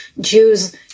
Jews